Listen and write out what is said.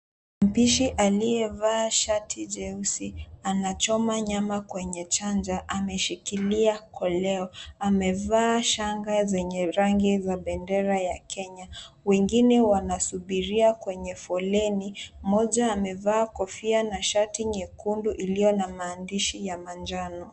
Mpishi aliyevaa shati jeusi anachoma nyama kwenye chanja. Ameshikilia koleo. Amevaa shanga zenye bendera ya Kenya. Wengine wanasubiria kwenye foleni. Mmoja amevaa kofia na shati nyekundu iliyo na rangi ya manjano.